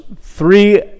three